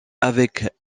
avec